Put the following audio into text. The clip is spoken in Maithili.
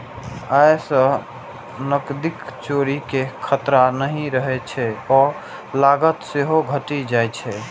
अय सं नकदीक चोरी के खतरा नहि रहै छै आ लागत सेहो घटि जाइ छै